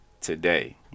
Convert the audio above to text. today